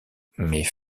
mais